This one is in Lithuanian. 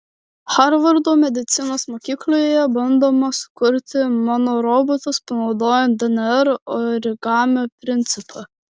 harvardo medicinos mokykloje bandoma sukurti nanorobotus panaudojant dnr origamio principą